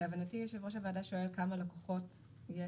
להבנתי יושב ראש הוועדה שואל כמה לקוחות יש